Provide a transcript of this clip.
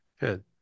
good